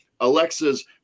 Alexa's